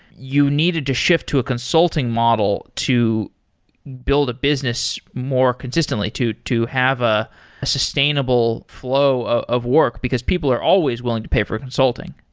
you needed to shift to a consulting model to build a business more consistently to to have a a sustainable flow of work. because people are always willing to pay for a consulting.